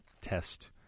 test